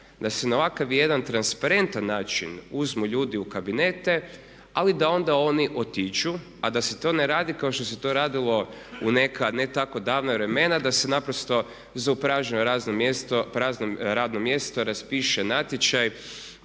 da se na ovakav jedan transparentan način uzmu ljudi u kabinete ali da onda oni otiđu a da se to ne radi kao što se to radilo u neka ne tako davna vremena da se naprosto za prazno radno mjesto raspiše natječaj